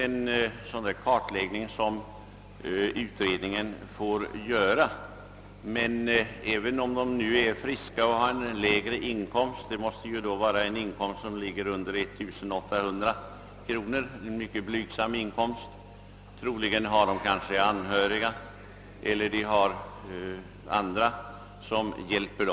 En kartläggning av det problemet kan möjligen utredningen göra. Många får kanske hjälp av anhöriga eller andra.